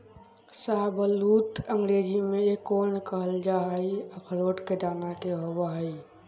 शाहबलूत अंग्रेजी में एकोर्न कहल जा हई, अखरोट के दाना के होव हई